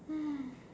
hmm